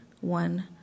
one